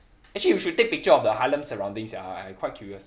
actually you should take picture of the harlem surrounding sia I I quite curious